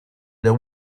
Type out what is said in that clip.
the